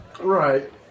Right